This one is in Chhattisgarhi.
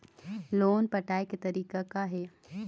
लोन पटाए के तारीख़ का हे?